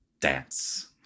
dance